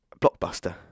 Blockbuster